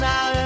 Now